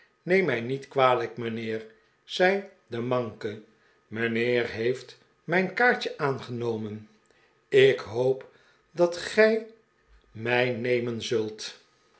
neem mij niet kwalijk mijnheer zei de manke mijnheer heeft mijn kaartje aangenomen ik hoop dat gij mij nemen zult